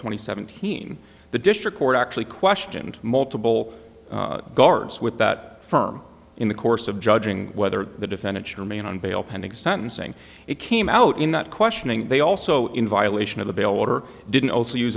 and seventeen the district court actually questioned multiple guards with that firm in the course of judging whether the defendant should remain on bail pending sentencing it came out in that questioning they also in violation of the bail order didn't also use